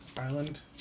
island